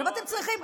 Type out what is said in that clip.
עכשיו אתם צריכים,